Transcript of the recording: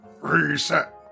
Reset